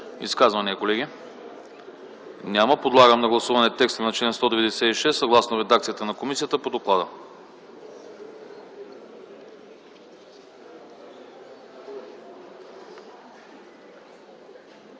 Изказвания? Няма. Подлагам на гласуване текста на чл. 198, съгласно редакцията на комисията по доклада.